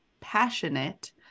passionate